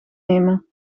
nemen